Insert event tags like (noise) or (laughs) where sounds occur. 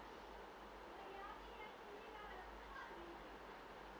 (laughs)